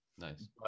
Nice